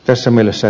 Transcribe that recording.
tässä mielessä